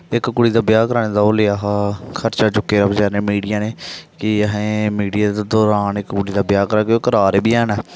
इक कुड़ी दी ब्याह कराने दा ओह् लेआ हा खर्चा चुक्केआ हा बचारे ने मिडिया ने कि असें मिडिया दे दरान इक कुड़ी दा ब्याह् करागे ते ओह् करा दे बी हैन